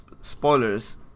spoilers